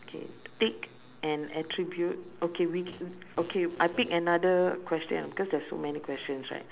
K pick an attribute okay we okay I pick another question because there's so many questions right